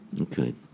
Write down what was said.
Okay